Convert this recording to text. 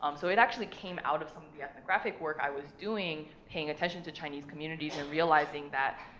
um so it actually came out of some of the ethnographic work i was doing, paying attention to chinese communities, and realizing that,